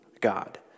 God